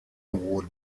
award